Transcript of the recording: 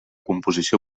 composició